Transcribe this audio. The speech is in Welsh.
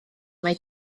mae